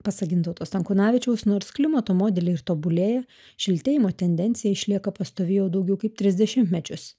pasak gintauto stankūnavičiaus nors klimato modeliai ir tobulėja šiltėjimo tendencija išlieka pastovi jau daugiau kaip tris dešimtmečius